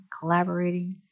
collaborating